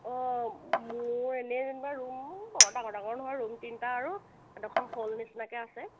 অঁ মোৰ এনেই যেনিবা ৰূম বৰ ডাঙৰ ডাঙৰ নহয় ৰূম তিনিটা আৰু এডোখৰ হ'ল নিচিনাকৈ আছে